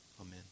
Amen